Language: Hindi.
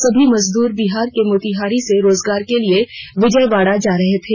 सभी मजदूर बिहार के मोतिहारी से रोजगार के लिए विजयवाड़ा जा रहे थे